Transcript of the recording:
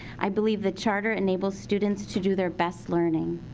i believe the charter enables students to do their best learning.